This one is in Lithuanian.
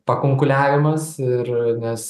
pakunkuliavimas ir nes